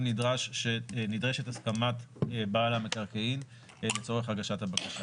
נדרשת הסכמת בעל המקרקעין לצורך הגשת הבקשה.